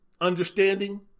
understanding